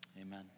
Amen